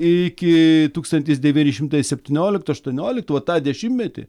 iki tūkstantis devyni šimtai septynioliktų aštuoniolktų va tą dešimtmetį